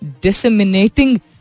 Disseminating